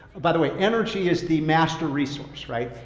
by the way, energy is the master resource, right?